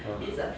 !huh!